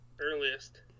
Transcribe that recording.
earliest